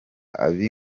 ab’i